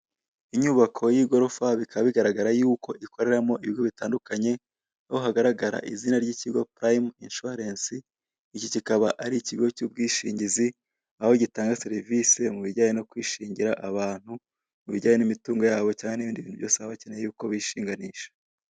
Inyubako y'igorofa bikaba bigaragara yuko ikoreramo ibigo bitandukanye, aho hagaragara izina ry'ikigo purayimu inshuwarensi, iki kikaba ari ikigo cy'ubwishingizi, aho gitanga serivisi mu bijyanye no kwishingira abantu mu bijyanye n'imitungo ya bo cyangwa n'ibindi bintu baba bakeneye ko bishinganisha.